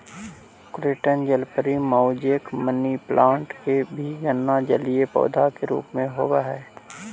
croton जलपरी, mosaic, money plant के भी गणना जलीय पौधा के रूप में होवऽ हइ